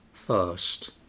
first